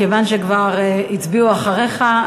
מכיוון שכבר הצביעו אחריך,